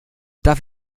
darf